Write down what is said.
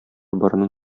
борынын